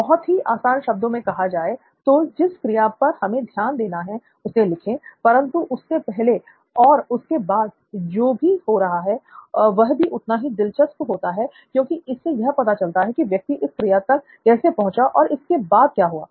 बहुत ही आसान शब्दों मैं कहा जाए तो जिस क्रिया पर हमें ध्यान देना है उसे लिखें परंतु उससे पहले और उसके बाद जो भी हो रहा है वह भी उतना ही दिलचस्प होता है क्योंकि इससे यह पता चलता है कि यह व्यक्ति इस क्रिया तक कैसे पहुंचा और इसके बाद क्या हुआ